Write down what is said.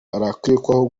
arakekwaho